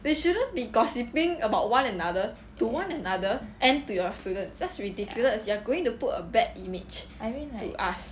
they shouldn't be gossiping about one another to one another and to your students just ridiculous you are going to put a bad image to us